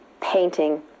painting